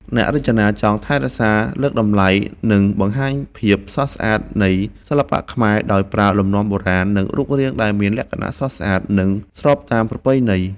អ្នករចនាចង់ថែរក្សា លើកតម្លៃ និងបង្ហាញភាពស្រស់ស្អាត នៃសិល្បៈខ្មែរ ដោយប្រើលំនាំបុរាណ និងរូបរាងដែលមានលក្ខណៈស្រស់ស្អាត និងស្របតាមប្រពៃណី។